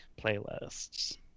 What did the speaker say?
playlists